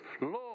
Lord